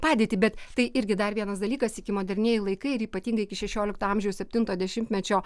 padėtį bet tai irgi dar vienas dalykas iki modernieji laikai ir ypatingai iki šešiolikto amžiaus septinto dešimtmečio